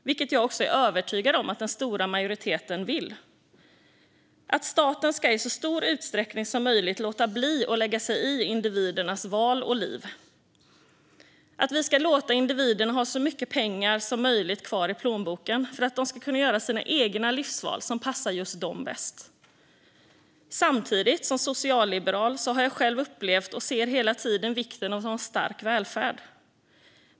Jag är också övertygad om att den stora majoriteten vill detta. Staten ska i så stor utsträckning som möjligt låta bli att lägga sig i individers val och liv. Vi ska låta individerna ha så mycket pengar kvar som möjligt i plånboken för att de ska kunna göra sina egna livsval, som passar just dem bäst. Samtidigt har jag som socialliberal själv upplevt och ser hela tiden vikten av att ha en stark välfärd.